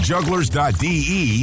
Jugglers.de